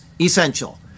essential